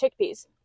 chickpeas